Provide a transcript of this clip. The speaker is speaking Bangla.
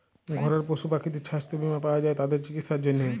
ঘরের পশু পাখিদের ছাস্থ বীমা পাওয়া যায় তাদের চিকিসার জনহে